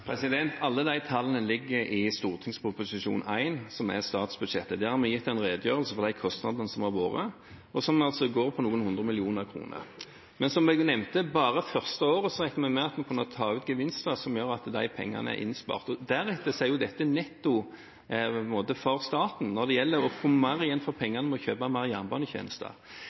Alle de tallene ligger i St.prp. nr. 1, som er statsbudsjettet. Der har vi gitt en redegjørelse for de kostnadene som har vært, og som altså er på noen hundre millioner kroner. Men som jeg nevnte, bare det første året regner vi med at vi vil kunne ta ut gevinster som gjør at de pengene er innspart, og deretter er dette netto for staten når det gjelder å få mer igjen for pengene, og kjøpe mer jernbanetjenester.